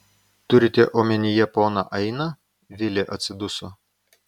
turite omenyje poną ainą vilė atsiduso